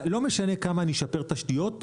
לא משנה כמה אני אשפר תשתיות,